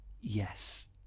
yes